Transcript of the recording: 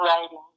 writing